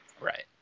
Right